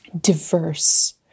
diverse